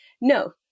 No